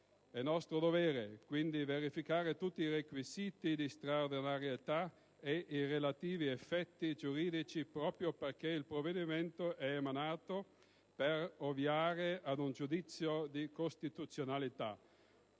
È nostro dovere, quindi, verificare tutti i requisiti di straordinarietà ed i relativi effetti giuridici, proprio perché il provvedimento è emanato per ovviare ad un giudizio di costituzionalità.